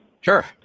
Sure